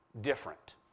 different